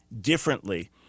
differently